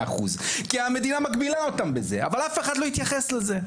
אחוז כי המדינה מגבילה אותן בזה אבל אף אחד לא התייחס לזה.